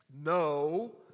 No